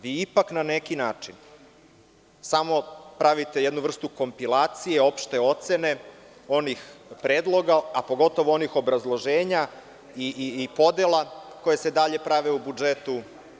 Vi ipak na neki način samo pravite jednu vrstu kompilacije opšte ocene onih predloga, a pogotovo onih obrazloženja i podela koje se dalje prave u budžetu…